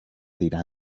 tirar